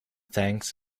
thanks